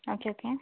okay okay